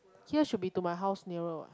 here should to be my house nearer what